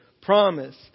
promise